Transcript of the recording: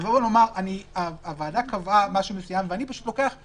לבוא ולומר הוועדה קבעה משהו מסוים ואני פשוט לוקח,